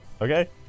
Okay